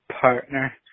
partner